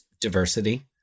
diversity